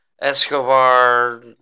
Escobar